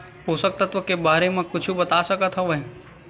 पोषक तत्व के बारे मा कुछु बता सकत हवय?